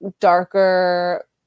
darker